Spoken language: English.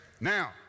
Now